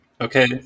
Okay